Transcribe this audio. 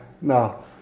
No